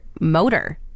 motor